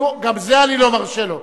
נו, גם זה אני לא מרשה לו.